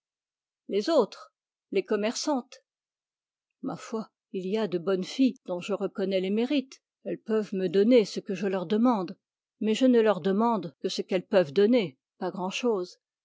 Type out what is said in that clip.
les autres les commerçantes ma foi il y a de bonnes filles dont je reconnais les mérites elles peuvent me donner ce que je leur demande mais je ne leur demande que ce qu'elles peuvent donner pas grand-chose